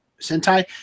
Sentai